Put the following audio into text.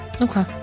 Okay